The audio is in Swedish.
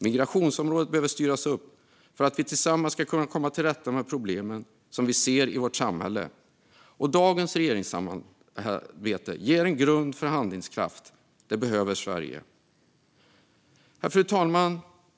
Migrationsområdet behöver styras upp för att vi tillsammans ska kunna komma till rätta med problemen i vårt samhälle. Dagens regeringssamarbete ger den grund för handlingskraft som Sverige behöver. Fru talman!